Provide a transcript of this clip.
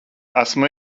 esmu